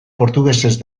portugesez